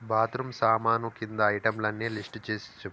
bathroom సామాను కింద ఐటెంలన్నీ లిస్టు చేసి చెప్పు